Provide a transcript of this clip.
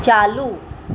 चालू